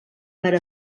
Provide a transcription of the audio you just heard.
per